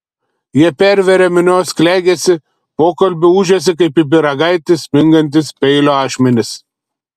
jie perveria minios klegesį pokalbių ūžesį kaip į pyragaitį smingantys peilio ašmenys